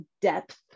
depth